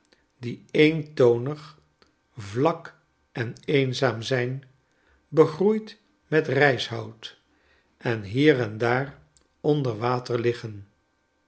die eentonig vlak en eenzaam zijn begroeid met rijshout en hier en daar onder water liggen